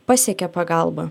pasiekė pagalba